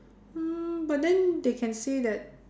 hmm but then they can say that